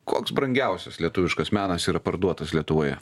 koks brangiausias lietuviškas menas yra parduotas lietuvoje